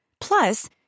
Plus